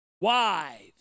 wives